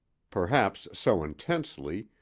perhaps so intensely,